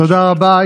תודה רבה.